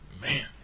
man